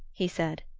he said.